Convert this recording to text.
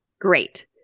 great